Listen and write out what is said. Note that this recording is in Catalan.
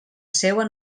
seua